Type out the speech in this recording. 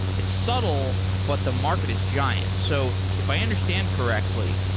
it's subtle, but the market is giant. so if i understand correctly,